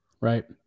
Right